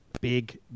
big